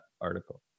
article